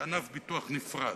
כענף ביטוח נפרד.